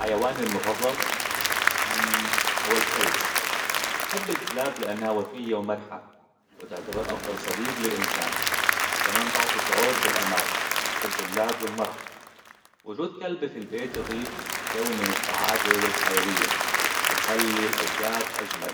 حيواني المفضلة هو الكلب أحب الكلاب لأنها وفية ومرحة وتعتبر أفضل صديق للإنسان كمان تعطي شعور بالأمان وتحب اللعب والمرح وجود كلب في البيت يضيف جو من السعادة والحيوية ويخلي الأوقات أجمل